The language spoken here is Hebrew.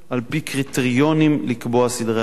על-פי קריטריונים, לקבוע סדרי עדיפויות.